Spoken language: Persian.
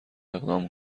اقدام